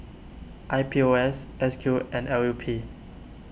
I P O S S Q and L U P